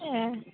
ए